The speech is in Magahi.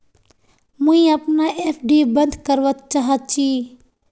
मुई अपना एफ.डी बंद करवा चहची